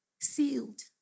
Sealed